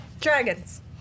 Dragons